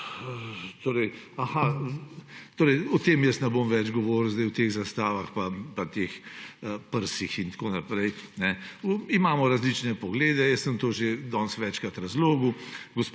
naprej. Jaz ne bom več govoril o teh zastavah pa teh prsih in tako naprej. Imamo različne poglede, jaz sem to že danes večkrat razložil,